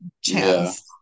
chance